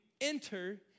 enter